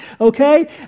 okay